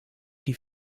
die